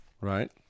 Right